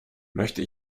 möchte